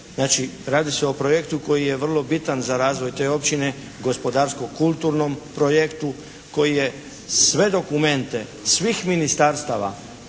radi se o projektu koji je vrlo bitan za razvoj te općine, gospodarsko-kulturnom projektu koji je sve dokumente svih ministarstava